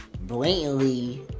blatantly